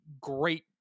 great